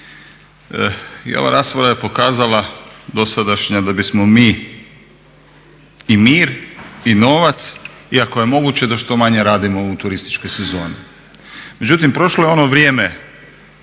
I ova rasprava je pokazala dosadašnja da bismo mi i mir i novac a i ako je moguće da što manje radimo u turističkoj sezoni. Međutim, prošlo je ono vrijeme